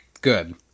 Good